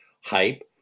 Hype